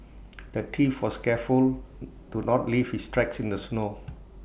the thief was careful to not leave his tracks in the snow